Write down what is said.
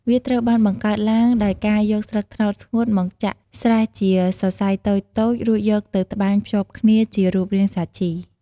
វាត្រូវបានបង្កើតឡើងដោយការយកស្លឹកត្នោតស្ងួតមកចាក់ស្រែះជាសរសៃតូចៗ រួចយកទៅត្បាញភ្ជាប់គ្នាជារូបរាងសាជី។